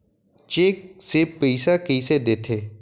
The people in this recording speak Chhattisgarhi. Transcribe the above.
चेक से पइसा कइसे देथे?